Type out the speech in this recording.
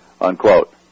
unquote